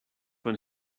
when